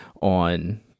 on